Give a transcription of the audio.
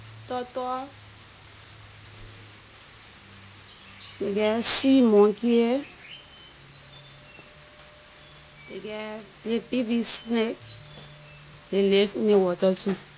Turtle ley get sea monkey ley get ley big big snake ley live in ley water too.